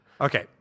Okay